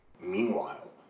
Meanwhile